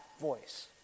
voice